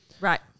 Right